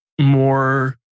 more